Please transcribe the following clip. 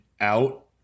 out